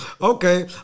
Okay